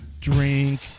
drink